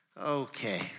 Okay